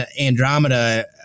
Andromeda